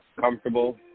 comfortable